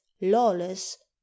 lawless